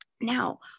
Now